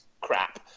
crap